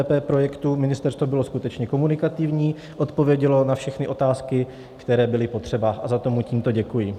V případě PPP projektů ministerstvo bylo skutečně komunikativní, odpovědělo na všechny otázky, které byly potřeba, a za to mu tímto děkuji.